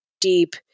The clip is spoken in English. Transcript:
deep